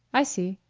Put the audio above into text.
i see.